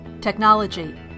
technology